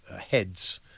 heads